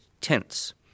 tense